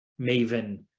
maven